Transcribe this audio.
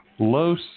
Los